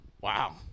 Wow